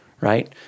right